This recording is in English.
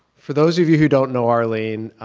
for those of you who don't know arlene,